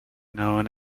known